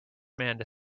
man